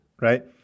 Right